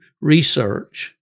research